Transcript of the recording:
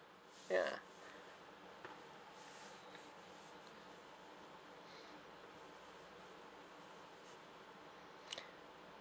ya